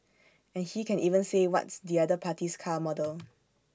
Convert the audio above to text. and he can even say what's the other party's car model